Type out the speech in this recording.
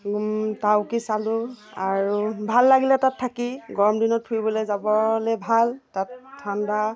তাউকি চালোঁ আৰু ভাল লাগিল তাত থাকি গৰম দিনত ফুৰিবলৈ যাবলৈ ভাল তাত ঠাণ্ডা